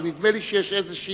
אבל נדמה לי שיש איזושהי,